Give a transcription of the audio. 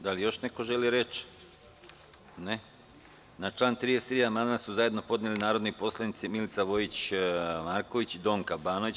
Da li još neko želi reč? (Ne) Na član 33. amandman su zajedno podnele narodni poslanici Milica Vojić Marković i Donka Banović.